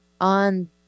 on